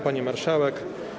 Pani Marszałek!